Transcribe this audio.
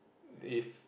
if